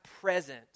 present